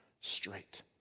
straight